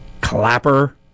Clapper